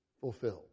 fulfilled